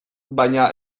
baina